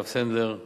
הרב סנדלר,